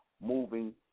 moving